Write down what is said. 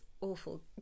awful